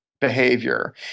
behavior